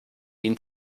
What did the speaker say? ihn